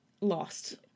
lost